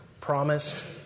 promised